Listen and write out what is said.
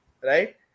right